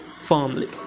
firmly